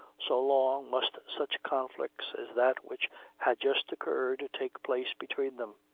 so long must such conflicts as that which had just occurred take place between them.